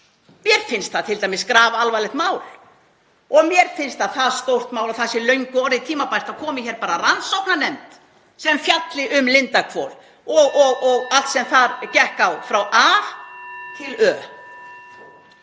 Mér finnst það t.d. grafalvarlegt mál og mér finnst það stórt mál að það sé löngu orðið tímabært að það komi hér bara rannsóknarnefnd sem fjalli um Lindarhvol og allt sem þar gekk á frá A til Ö.